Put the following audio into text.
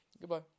goodbye